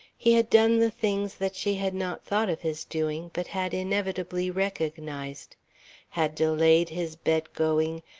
he had done the things that she had not thought of his doing but had inevitably recognized had delayed his bed-going,